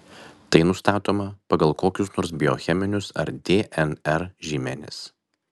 tai nustatoma pagal kokius nors biocheminius ar dnr žymenis